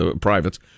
privates